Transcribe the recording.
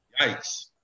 yikes